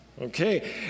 okay